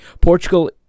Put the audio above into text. Portugal